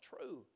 true